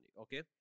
Okay